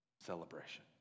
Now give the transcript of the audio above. celebration